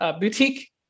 boutique